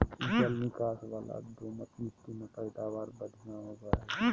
जल निकास वला दोमट मिट्टी में पैदावार बढ़िया होवई हई